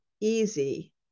easy